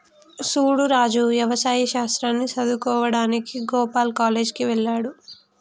సూడు రాజు యవసాయ శాస్త్రాన్ని సదువువుకోడానికి గోపాల్ కాలేజ్ కి వెళ్త్లాడు